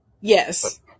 Yes